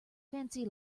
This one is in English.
fancy